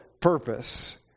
purpose